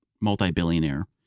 multi-billionaire